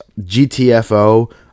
GTFO